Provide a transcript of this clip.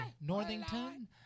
Northington